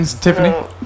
Tiffany